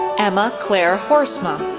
emma clair horsma,